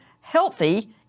healthy